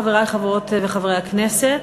חברי חברות וחברי הכנסת,